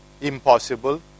impossible